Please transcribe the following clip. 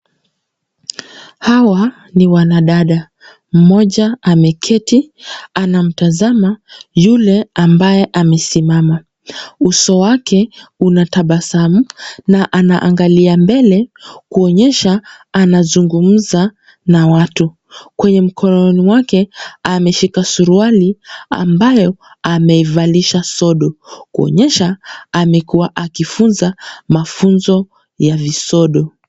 Hawa ni wanadada. Mmoja ameketi anamtazama yule ambaye amesimama. Uso wake unatabasamu na anaangalia mbele kuonyesha anazungumza na watu. Kwenye mkononi wake ameshika suruali ambayo ameivalisha sodo kuonyesha amekuwa akifunza mafunzo ya visodo.